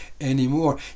anymore